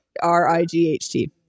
R-I-G-H-T